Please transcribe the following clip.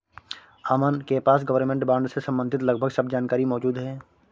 अमन के पास government bond से सम्बंधित लगभग सब जानकारी मौजूद है